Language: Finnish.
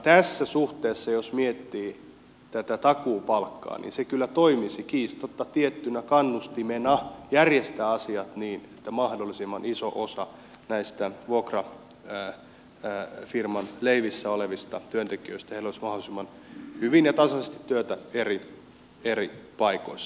tässä suhteessa jos miettii takuupalkkaa se kyllä toimisi kiistatta tiettynä kannustimena järjestää asiat niin että mahdollisimman isolla osalla vuokrafirman leivissä olevista työntekijöistä olisi mahdollisimman hyvin ja tasaisesti työtä eri paikoissa